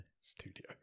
Studio